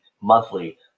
monthly